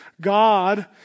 God